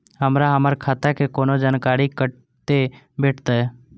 हमरा हमर खाता के कोनो जानकारी कते भेटतै